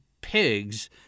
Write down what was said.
pigs